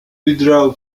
withdraw